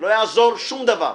לא יעזור שום דבר.